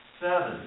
seven